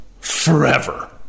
forever